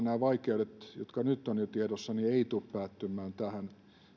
nämä vaikeudet jotka jo nyt ovat tiedossa eivät tule päättymään tähän